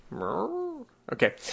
Okay